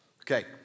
Okay